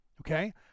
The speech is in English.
okay